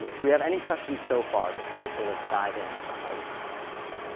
do we have any questions so far, before we sort of dive in to the heart of this presentation?